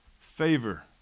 Favor